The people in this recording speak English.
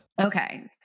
Okay